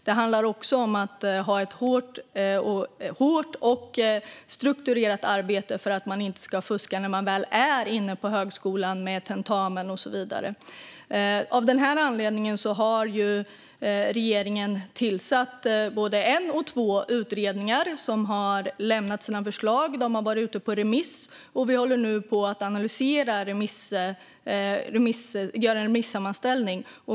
Det handlar också om att ha ett hårt och strukturerat arbete för att man inte ska fuska när man väl är inne på högskolan med tentamina och så vidare. Av den här anledningen har regeringen tillsatt både en och två utredningar, som har lämnat sina förslag. De har varit ute på remiss, och vi håller nu på att göra en remissammanställning.